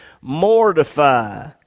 mortify